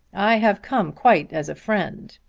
i have come quite as a friend.